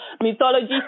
mythology